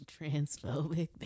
transphobic